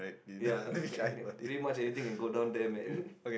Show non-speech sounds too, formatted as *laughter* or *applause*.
ya and then pretty much anything can go down there man *laughs*